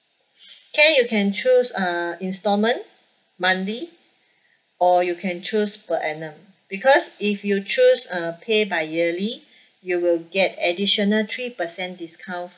can you can choose uh installment monthly or you can choose per annum because if you choose uh pay by yearly you will get additional three percent discount